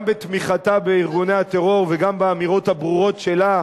גם בתמיכתה בארגוני הטרור וגם באמירות הברורות שלה,